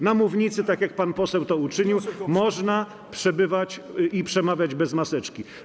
Na mównicy, tak jak pan poseł to uczynił, można przebywać i przemawiać bez maseczki.